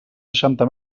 seixanta